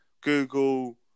google